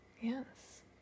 Yes